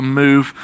move